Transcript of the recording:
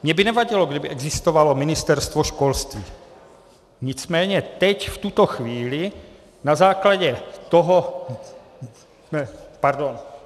Mně by nevadilo, kdyby existovalo Ministerstvo školství, nicméně teď v tuto chvíli na základě toho... pardon...